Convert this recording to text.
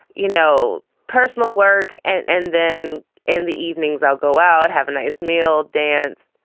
you know, personal work and and then in the evenings, i'll go out, have a nice meal dance